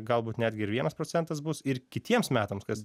galbūt netgi ir vienas procentas bus ir kitiems metams kas